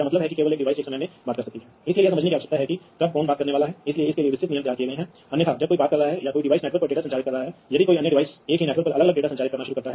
तो यह केवल नेटवर्क पर लटका दिया जाएगा और फिर यह नेटवर्क बस पर है इसलिए यह नेटवर्क बस पर किसी अन्य डिवाइस के साथ संचार कर सकता है